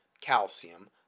calcium